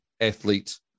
athlete